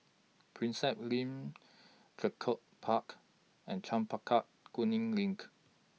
Prinsep LINK Draycott Park and Chempaka Kuning LINK